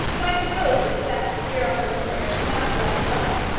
but i suppose it is best that dear uncle indefer should not be left alone.